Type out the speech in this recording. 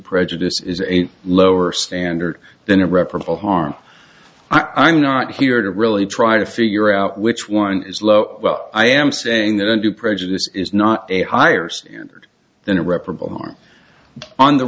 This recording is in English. prejudice is a lower standard than irreparable harm i'm not here to really try to figure out which one is low well i am saying that i do prejudice is not a higher standard than irreparable harm on the